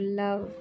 love